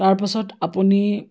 তাৰপাছত আপুনি